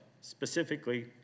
specifically